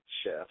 chef